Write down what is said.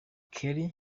kelly